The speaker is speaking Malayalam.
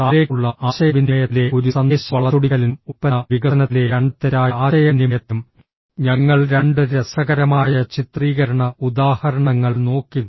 താഴേക്കുള്ള ആശയവിനിമയത്തിലെ ഒരു സന്ദേശ വളച്ചൊടിക്കലിനും ഉൽപ്പന്ന വികസനത്തിലെ രണ്ട് തെറ്റായ ആശയവിനിമയത്തിനും ഞങ്ങൾ രണ്ട് രസകരമായ ചിത്രീകരണ ഉദാഹരണങ്ങൾ നോക്കി